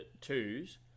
twos